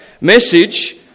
message